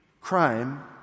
crime